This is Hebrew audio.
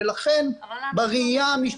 לכן בראייה המשטרתית --- אבל אנחנו לא מדברים